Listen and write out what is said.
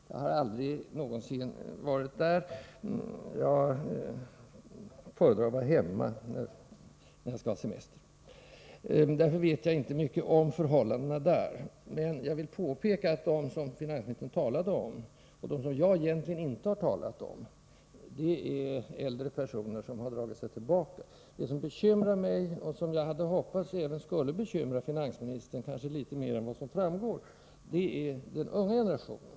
Jag har aldrig någonsin varit där. Jag föredrar att vara hemma när jag skall ha semester. Därför vet jag inte mycket om förhållandena på de här platserna. Men jag vill påpeka att de människor som finansministern talade om, och de som jag egentligen inte har talat om, är äldre personer som har dragit sig tillbaka. Det som bekymrar mig, och som jag hade hoppats även skulle bekymra finansministern litet mer än vad som framgår av hans inlägg här, är förhållandena för den unga generationen.